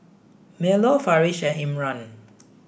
Melur Farish and Imran